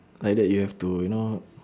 like that you have to you know